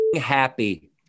happy